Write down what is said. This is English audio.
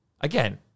Again